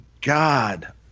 God